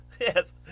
yes